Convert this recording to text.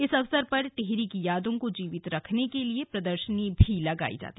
इस अवसर पर टिहरी की यादों को जीवित रखने के लिए प्रदर्शनी भी लगाई गई